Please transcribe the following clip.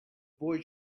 boy